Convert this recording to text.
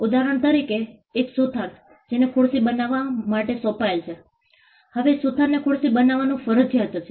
ઉદાહરણ તરીકે એક સુથાર જેને ખુરશી બનાવવા માટે સોંપેલ છે હવે સુથારને ખુરશી બનાવવાનું ફરજિયાત છે